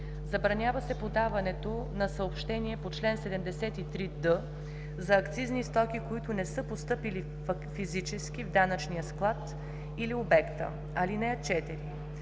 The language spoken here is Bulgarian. Забранява се подаването на съобщение по чл. 73д за акцизни стоки, които не са постъпили физически в данъчния склад или обекта. (4)